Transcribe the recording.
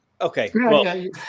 okay